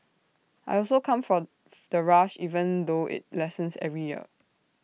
I also come for the rush even though IT lessens every year